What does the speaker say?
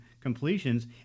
completions